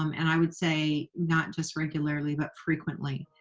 um and i would say, not just regularly, but frequently.